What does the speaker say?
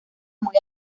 muy